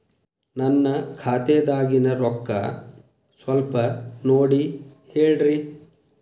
ನನ್ನ ಖಾತೆದಾಗಿನ ರೊಕ್ಕ ಸ್ವಲ್ಪ ನೋಡಿ ಹೇಳ್ರಿ